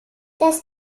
das